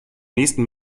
nächsten